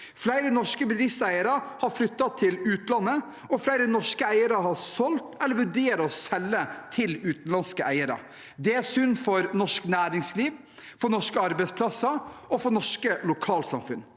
Flere norske bedriftseiere har flyttet til utlandet, og flere norske eiere har solgt eller vurderer å selge til utenlandske eiere. Det er synd for norsk næringsliv, for norske arbeidsplasser og for norske lokalsamfunn.